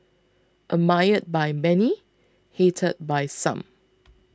admired by many hated by some